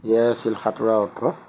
এয়াই আছিল সাঁতোৰা অৰ্থ